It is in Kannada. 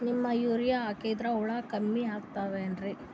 ನೀಮ್ ಯೂರಿಯ ಹಾಕದ್ರ ಹುಳ ಕಮ್ಮಿ ಆಗತಾವೇನರಿ?